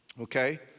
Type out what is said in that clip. Okay